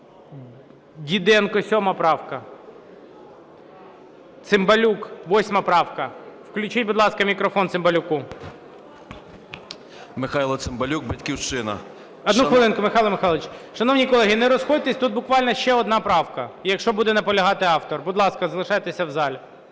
Діденко, 7 правка. Цимбалюк, 8 правка. Включіть, будь ласка, мікрофон Цимбалюку. 13:40:30 ЦИМБАЛЮК М.М. Михайло Цимбалюк, "Батьківщина". ГОЛОВУЮЧИЙ. Одну хвилинку, Михайло Михайлович. Шановні колеги, не розходьтеся, тут буквально ще одна правка і якщо буде наполягати автор. Будь ласка, залишайтеся в залі.